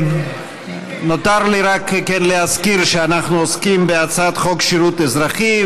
נותר לי רק להזכיר שאנחנו עוסקים בהצעת חוק שירות אזרחי,